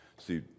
see